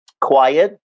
quiet